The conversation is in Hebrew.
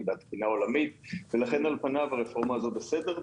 והתקינה העולמית ולכן על פניו הרפורמה הזאת בסדר,